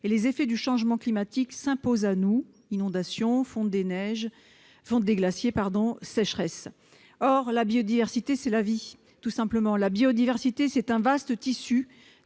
Les effets du changement climatique s'imposent à nous : inondations, fonte des glaciers, sécheresses. Or la biodiversité, c'est la vie, tout simplement. C'est un vaste tissu